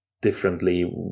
differently